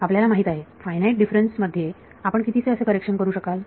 आपल्याला माहित आहे फायनाईट डिफरन्स मध्ये आपण कितीसे असे करेक्शन करू शकाल